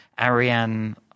Ariane